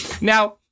Now